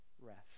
rest